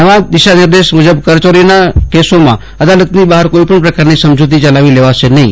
નવા દિશા નિર્દેશ મુજબ કર ચોરીના કેસોમાં અદાલતની બફાર કોઈપણ પ્રકારની સમજુતી ચલાવી લેવામાં આવશે નફી